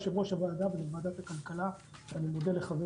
יושב-ראש הוועדה ולוועדת הכלכלה ואני מודה לחבר